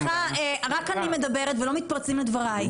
סליחה, רק אני מדברת ולא מתפרצים לדבריי.